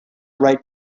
write